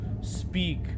speak